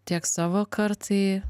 tiek savo kartai